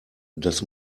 das